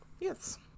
Yes